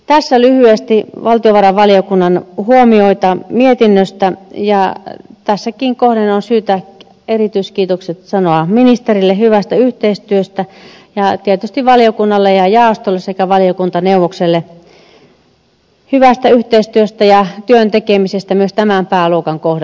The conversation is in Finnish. tässä lyhyesti valtiovarainvaliokunnan huomioita mietinnöstä ja tässäkin kohden on syytä erityiskiitokset sanoa ministerille hyvästä yhteistyöstä ja tietysti valiokunnalle ja jaostolle sekä valiokuntaneuvokselle hyvästä yhteistyöstä ja työn tekemisestä myös tämän pääluokan kohdalta